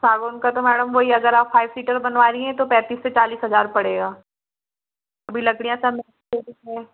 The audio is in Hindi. सागौन का तुम्हारा वही अगर आप फाइव सीटर बनवा रही हैं तो पैंतीस से चालीस हजार पड़ेगा अभी लकड़ियाँ सब